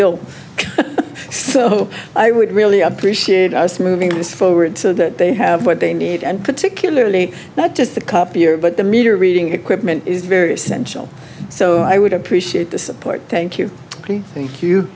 ill so i would really appreciate us moving this forward so that they have what they need and particularly not just the copier but the meter reading equipment is very essential so i would appreciate the support thank you thank you